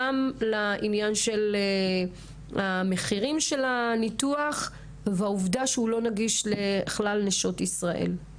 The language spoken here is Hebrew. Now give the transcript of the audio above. גם עניין מחיר הניתוח והעבודה שהוא לא נגיש לכלל נשות ישראל.